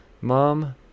Mom